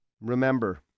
Remember